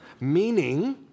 Meaning